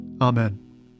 Amen